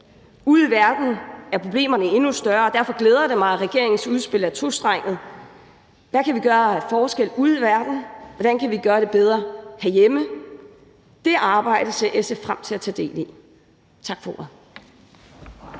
Ude i verden er problemerne endnu større, og derfor glæder det mig, at regeringens udspil er tostrenget: Hvad kan vi gøre af forskel ude i verden, og hvordan kan vi gøre det bedre herhjemme? Det arbejde ser SF frem til at tage del i. Tak for